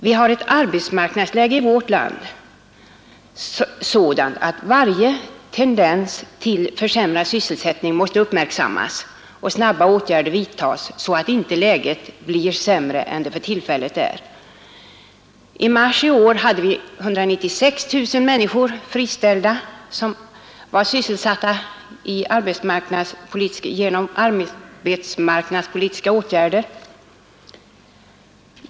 Vi har ett arbetsmarknadsläge i vårt land som är sådant att varje tendens till försämrad sysselsättning måste uppmärksammas och snabba åtgärder vidtas, så att inte läget blir sämre än det för tillfället är. I mars i år hade vi 196 000 människor friställda, som var sysselsatta genom arbetsmarknadspolitiska åtgärder.